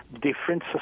different